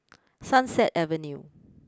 Sunset Avenue